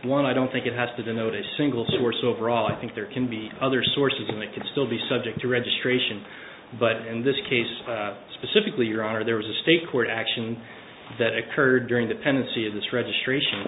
one i don't think it has to denote a single source overall i think there can be other sources and they can still be subject to registration but in this case specifically your honor there was a state court action that occurred during the pendency of this registration